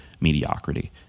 mediocrity